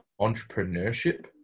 entrepreneurship